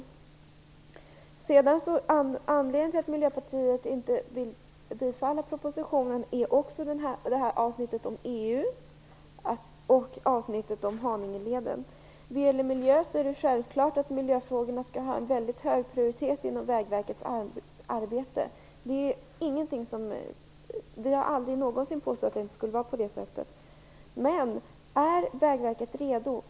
Två andra anledningar till att Miljöpartiet inte vill bifalla propositionen är avsnittet om EU och avsnittet om Haningeleden. Vad gäller miljö är det självklart att dessa frågor skall ha en väldigt hög prioritet inom Vägverkets arbete. Miljöpartiet har aldrig någonsin påstått att det inte skulle vara på det sättet. Men är Vägverket redo?